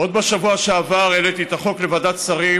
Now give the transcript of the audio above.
עוד בשבוע שעבר העליתי את החוק לוועדת שרים,